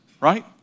right